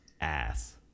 ass